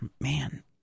man